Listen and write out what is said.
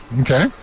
Okay